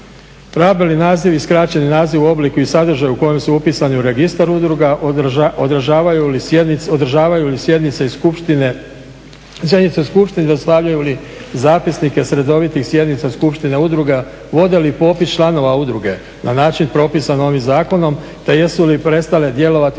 nazivi, skraćeni naziv, oblik i sadržaj u kojem su upisani u registar udruga, održavaju li sjednice i skupštine, dostavljaju li zapisnike s redovitih sjednica skupština udruga, vode li popis članova udruge na način propisan ovim zakonom, te jesu li prestale djelovati